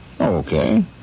Okay